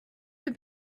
have